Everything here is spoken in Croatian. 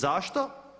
Zašto?